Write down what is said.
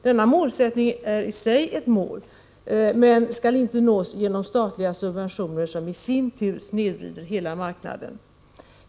Detta är en målsättning i sig, men detta mål skall inte nås genom statliga subventioner som i sin tur snedvrider hela marknaden.